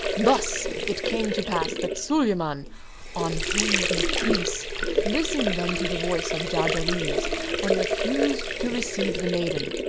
thus it came to pass that suleyman on whom be peace listened unto the voice of jarjarees and refused to receive the maiden.